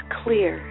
clear